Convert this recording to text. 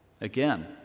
Again